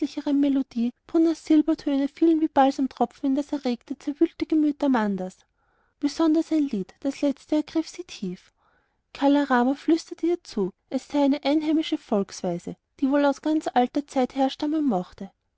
melodie punnas silbertöne fielen wie balsamtropfen in das aufgeregte zerwühlte gemüt amandas besonders ein lied das letzte ergriff sie tief kala rama flüsterte ihr zu es sei eine einheimische volksweise die wohl aus ganz alter zeit herstammen mochte